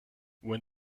when